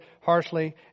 harshly